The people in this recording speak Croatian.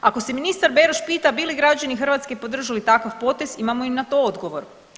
Ako se ministar Beroš pita bi li građani Hrvatske podržali takav potez imamo i na to odgovor.